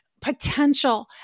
potential